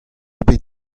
bet